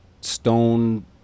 stone